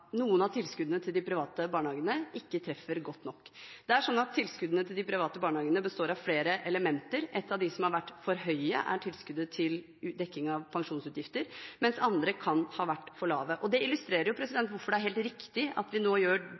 tilskuddene til de private barnehagene ikke treffer godt nok. Tilskuddene til de private barnehagene består av flere elementer, og et av tilskuddene som har vært for høye, er tilskuddet til dekning av pensjonsutgifter, mens andre kan ha vært for lave. Det illustrerer hvorfor det er helt riktig at vi nå gjør